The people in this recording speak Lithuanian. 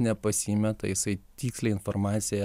nepasimeta jisai tikslią informaciją